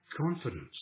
confidence